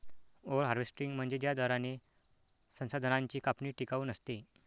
over harvesting म्हणजे ज्या दराने संसाधनांची कापणी टिकाऊ नसते